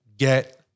get